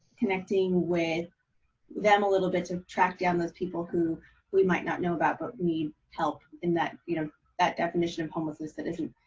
connecting with them a little bit to track down those people who we might not know about but i mean help in that you know that definition of homelessness that isn't,